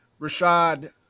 Rashad